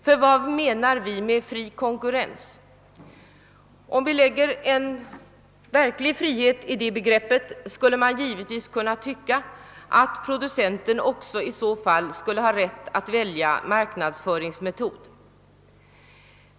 För vad menar vi med fri konkurrens? Om vi lägger verklig frihet i begreppet innebär detta att producenten också skulle ha rätt att välja marknadsföringsmetod.